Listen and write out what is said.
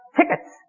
tickets